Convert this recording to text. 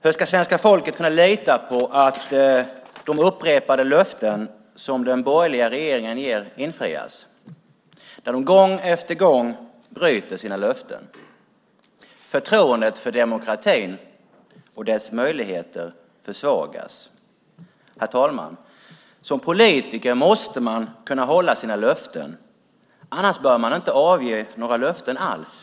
Hur ska svenska folket kunna lita på att de upprepade löften som den borgerliga regeringen ger infrias då man gång på gång bryter sina löften? Förtroendet för demokratin och dess möjligheter försvagas. Herr talman! Som politiker måste man kunna hålla sina löften. Annars bör man inte avge några löften alls.